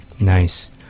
nice